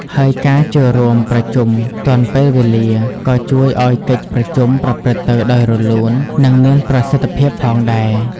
ហើយការចូលរួមប្រជុំទាន់ពេលវេលា ក៏ជួយឲ្យកិច្ចប្រជុំប្រព្រឹត្តទៅដោយរលូន និងមានប្រសិទ្ធភាពផងដែរ។